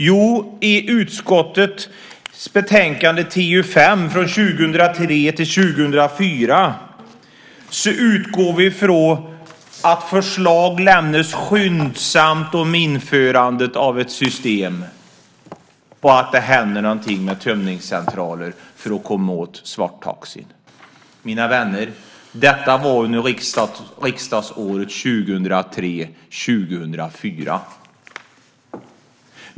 Jo, i utskottets betänkande TU5 från 2003 04.